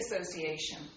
association